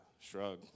shrug